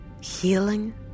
healing